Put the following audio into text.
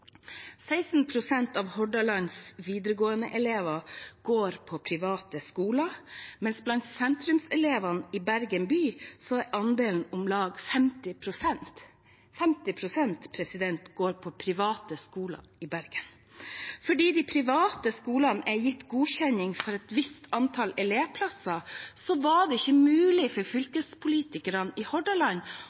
av Hordalands videregåendeelever går på private skoler, mens blant sentrumselevene i Bergen by er andelen om lag 50 pst. – 50 pst. går på private skoler i Bergen. Fordi de private skolene er gitt godkjenning for et visst antall elevplasser, var det ikke mulig for fylkespolitikerne i Hordaland